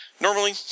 Normally